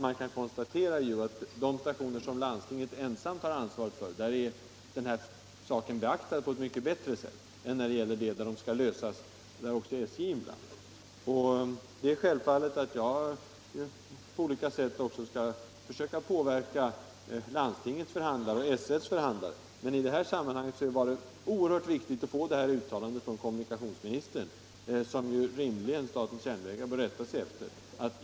Man kan konstatera att vid de stationer som landstinget ensamt har ansvaret för — tunnelbanan — är behovet av anordningar för handikappade m.fl. tillgodosett på ett mycket bättre sätt än där SJ är inblandat. Jag skall självfallet på olika sätt försöka påverka SL:s förhandlare, men i det här sammanhanget var det oerhört viktigt att få detta uttalande från kommunikationsministern, som statens järnvägar rimligen bör rätta sig efter.